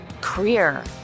career